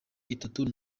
itanu